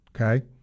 Okay